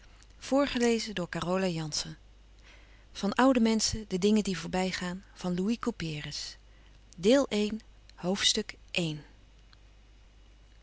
van oude menschen de dingen die voorbij gaan ste deel van